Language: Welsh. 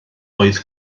oedd